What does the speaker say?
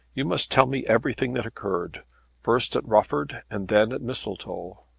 you must tell me everything that occurred first at rufford, and then at mistletoe.